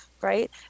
right